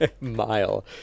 mile